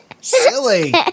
Silly